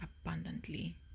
abundantly